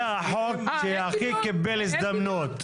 זה החוק שהכי קיבל הזדמנות.